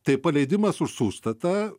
tai paleidimas už užstatą